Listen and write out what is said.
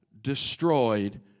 destroyed